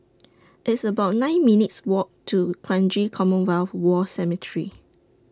It's about nine minutes' Walk to Kranji Commonwealth War Cemetery